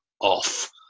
off